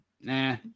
Nah